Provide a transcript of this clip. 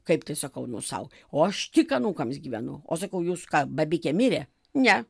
kaip tai sakau sau o aš tik anūkams gyvenu o sakau jūs ką babikė mirė ne